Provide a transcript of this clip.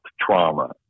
trauma